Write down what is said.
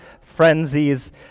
frenzies